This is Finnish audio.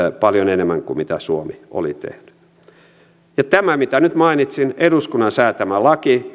paljon enemmän kuin mitä suomi oli tehnyt nämä mitä nyt mainitsin eduskunnan säätämä laki